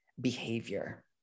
behavior